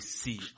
see